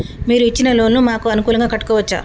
మీరు ఇచ్చిన లోన్ ను మాకు అనుకూలంగా కట్టుకోవచ్చా?